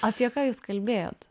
apie ką jūs kalbėjot